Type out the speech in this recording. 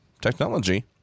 technology